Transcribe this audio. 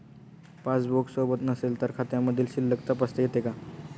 Passbook सोबत नसेल तर खात्यामधील शिल्लक तपासता येते का?